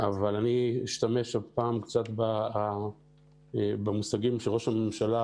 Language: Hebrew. אבל אני אשתמש קצת במושגים שראש הממשלה